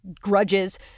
grudges